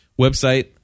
website